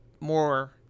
more